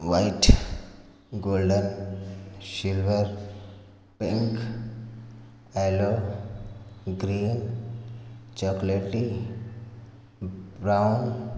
white golden silver pink yellow green चॉकलेटी brown